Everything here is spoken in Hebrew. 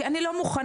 כי אני לא מוכנה,